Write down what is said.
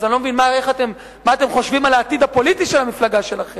אז אני לא מבין מה אתם חושבים על העתיד הפוליטי של המפלגה שלכם.